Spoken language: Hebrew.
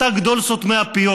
אתה גדול סותמי הפיות.